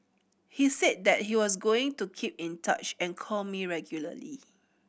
he said that he was going to keep in touch and call me regularly